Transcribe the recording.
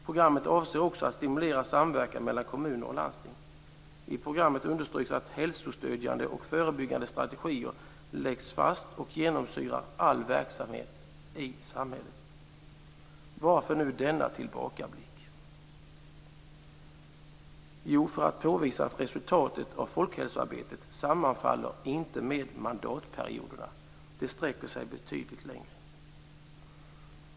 Programmet syftar också till att stimulera samverkan mellan kommuner och landsting. I programmet understryks att hälsostödjande och förebyggande strategier bör läggas fast och genomsyra all verksamhet i samhället. Varför gör jag nu denna tillbakablick? Jo, för att påvisa att resultatet av folkhälsoarbetet inte sammanfaller med mandatperioderna utan sträcker sig betydligt längre.